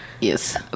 yes